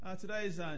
Today's